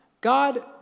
God